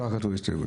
ככה כתוב בהסתייגות.